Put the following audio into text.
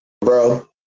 Bro